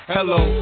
Hello